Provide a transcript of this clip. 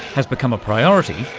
has become a priority,